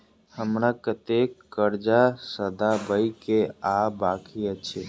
हमरा कतेक कर्जा सधाबई केँ आ बाकी अछि?